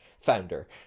founder